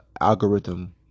algorithm